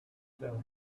still